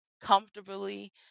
comfortably